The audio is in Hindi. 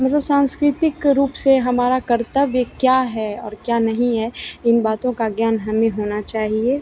मतलब सांस्कृतिक रूप से हमारा कर्तव्य क्या है और क्या नहीं है इन बातों का ज्ञान हमें होना चाहिए